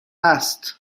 است